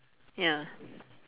ya